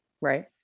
Right